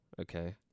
Okay